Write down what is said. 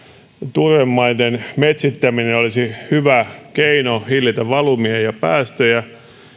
turvemaiden metsittäminen olisi hyvä keino hillitä valumia ja päästöjä